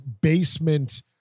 basement